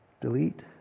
Delete